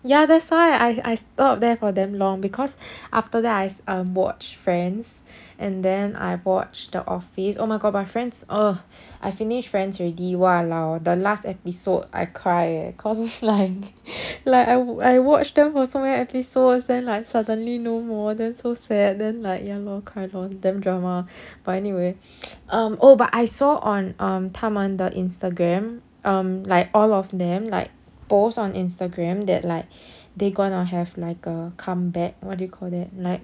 ya that's why I I stop there for damn long because after that I um watch friends and then I watch the office oh my god but friends uh I finished friends already !walao! the last episode I cry eh cause like I would I watched them for so many episodes then like suddenly no more then so sad then like ya lor cry lor then damn drama but anyway um oh but I saw on um 他们的 instagram um like all of them like post on instagram that like they gonna have like a comeback what do you call that like